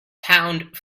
pound